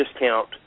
discount